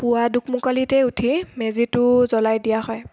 পুৱা দোকমোকালিতে উঠি মেজিটো জ্ৱলাই দিয়া হয়